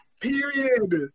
Period